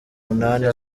munani